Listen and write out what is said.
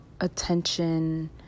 attention